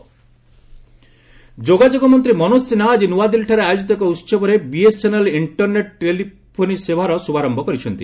BSNL internet ଯୋଗାଯୋଗ ମନ୍ତ୍ରୀ ମନୋଜ ସିହ୍ନା ଆଜି ନୂଆଦିଲ୍ଲୀଠାରେ ଆୟୋଜିତ ଏକ ଉତ୍ସବରେ ବିଏସ୍ଏନ୍ଏଲ୍ ଇଷ୍କରନେଟ୍ ଟେଲିଫୋନ୍ ସେବାର ଶ୍ରଭାରମ୍ଭ କରିଛନ୍ତି